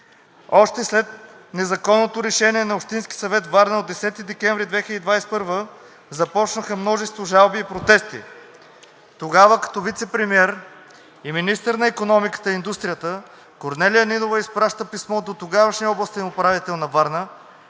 Още след незаконното решение на Общински съвет – Варна, от 10 декември 2021 г. започнаха множество жалби и протести. Тогава като вицепремиер и министър на икономиката и индустрията Корнелия Нинова изпраща писмо до тогавашния областен управител на Варна